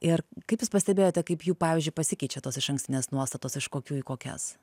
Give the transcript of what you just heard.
ir kaip jūs pastebėjote kaip jų pavyzdžiui pasikeičia tos išankstinės nuostatos iš kokių į kokias